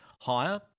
higher